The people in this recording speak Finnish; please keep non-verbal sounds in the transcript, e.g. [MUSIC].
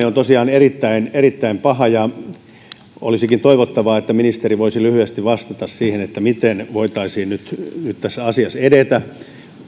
[UNINTELLIGIBLE] on tosiaan erittäin erittäin paha ja olisikin toivottavaa että ministeri voisi lyhyesti vastata siihen miten tässä asiassa voitaisiin nyt nyt edetä